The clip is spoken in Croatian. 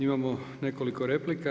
Imamo nekoliko replika.